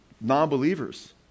non-believers